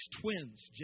twins